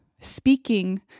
speaking